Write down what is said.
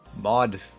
mod